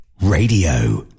Radio